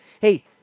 Hey